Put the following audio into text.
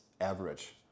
average